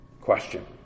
Question